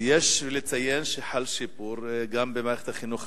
יש לציין שחל שיפור גם במערכת החינוך